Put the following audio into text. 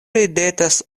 ridetas